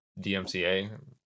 DMCA